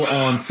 on